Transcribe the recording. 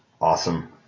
Awesome